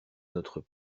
notre